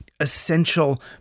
essential